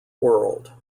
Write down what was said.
world